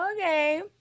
okay